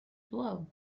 blow